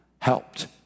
helped